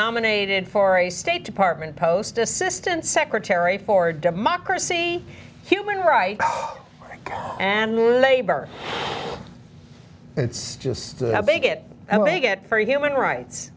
nominated for a state department post assistant secretary for democracy human rights and labor it's just how big it may get for human rights